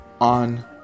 on